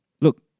Look